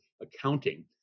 accounting